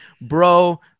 bro